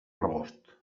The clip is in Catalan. rebost